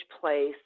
place